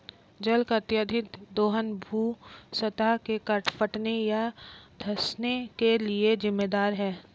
जल का अत्यधिक दोहन भू सतह के फटने या धँसने के लिये जिम्मेदार है